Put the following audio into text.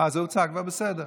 זה הוצג כבר, בסדר.